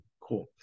Cool